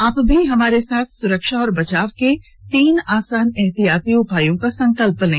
आप भी हमारे साथ सुरक्षा और बचाव के तीन आसान एहतियाती उपायों का संकल्प लें